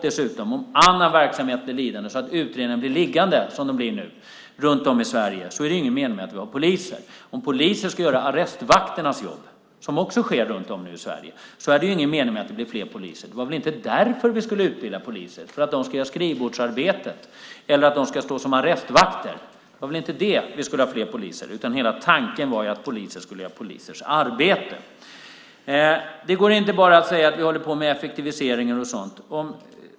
Dessutom: Om annan verksamhet blir lidande, så att utredningarna blir liggande, som de blir nu runt om i Sverige, är det ingen mening med att vi har poliser. Om poliser ska göra arrestvakternas jobb, vilket också sker runt om i Sverige nu, är det ingen mening med att det blir fler poliser. Det var väl inte därför vi skulle utbilda poliser, för att de skulle göra skrivbordsarbete eller stå som arrestvakter? Det var väl inte det vi skulle ha fler poliser till? Hela tanken var att poliser skulle göra polisers arbete. Det går inte att bara säga att vi håller på med effektiviseringar och sådant.